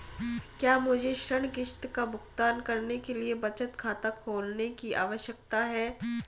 क्या मुझे ऋण किश्त का भुगतान करने के लिए बचत खाता खोलने की आवश्यकता है?